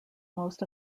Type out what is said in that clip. most